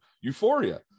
euphoria